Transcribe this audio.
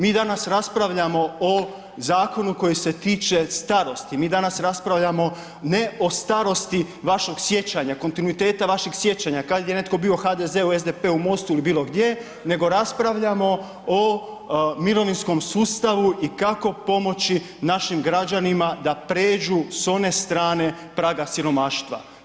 Mi danas raspravljamo o zakonu koji se tiče starosti, mi danas raspravljamo, ne o starosti vašeg sjećanja, kontinuiteta vašeg sjećanja, kad je netko bio u HDZ-u, SDP-u, MOST-u ili bilo gdje, nego raspravljamo o mirovinskom sustavu i kako pomoći našim građanima da pređu s one strane praga siromaštva.